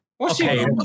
Okay